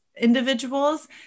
individuals